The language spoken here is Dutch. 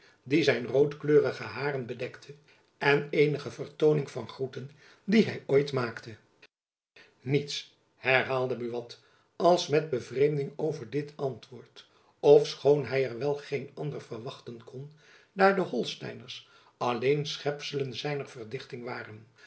die zijn roodkleurige hairen bedekte de eenige vertooning van groeten die hy ooit maakte jacob van lennep elizabeth musch niets herhaalde buat als met bevreemding over dit antwoord ofschoon hy er wel geen ander verwachten kon daar de holsteiners alleen schepselen zijner verdichting waren